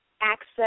access